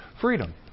freedom